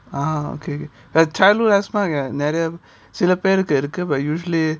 ah okay okay the childhood asthma uh நிறைய சில பேருக்கு இருக்கு:niraya silaperuku iruku usually